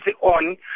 on